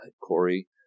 Corey